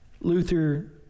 Luther